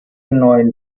neun